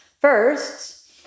First